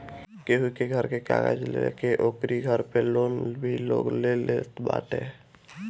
केहू के घर के कागज लेके ओकरी घर पे लोन भी लोग ले लेत बाटे